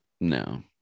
No